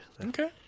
Okay